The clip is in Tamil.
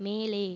மேலே